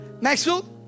Maxwell